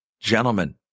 Gentlemen